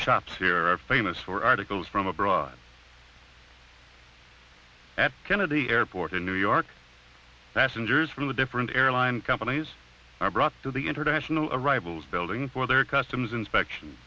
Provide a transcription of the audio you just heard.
shops here are famous for articles from abroad at kennedy airport in new york passengers from the different airline companies are brought to the international arrivals building for their customs inspection